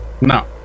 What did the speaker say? No